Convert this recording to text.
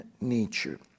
nature